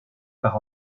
part